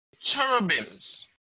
cherubims